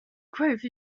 growth